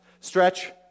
stretch